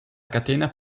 catena